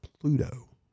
Pluto